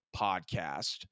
podcast